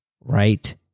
right